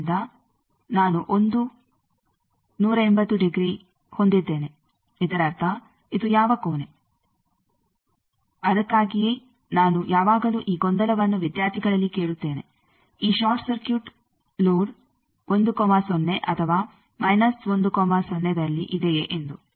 ಆದ್ದರಿಂದ ನಾನು 1 180 ಡಿಗ್ರಿ ಹೊಂದಿದ್ದೇನೆ ಇದರರ್ಥ ಇದು ಯಾವ ಕೊನೆ ಅದಕ್ಕಾಗಿಯೇ ನಾನು ಯಾವಾಗಲೂ ಈ ಗೊಂದಲವನ್ನು ವಿದ್ಯಾರ್ಥಿಗಳಲ್ಲಿ ಕೇಳುತ್ತೇನೆ ಈ ಷಾರ್ಟ್ ಸರ್ಕ್ಯೂಟ್ ಲೋಡ್10ಅಥವಾ 10ದಲ್ಲಿ ಇದೆಯೇ ಎಂದು